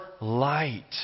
light